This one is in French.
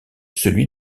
celui